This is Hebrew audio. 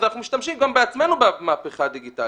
אז אנחנו משתמשים גם בעצמנו במהפכה הדיגיטלית.